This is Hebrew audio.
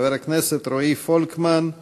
חבר הכנסת רועי פולקמן,